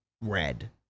red